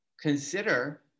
consider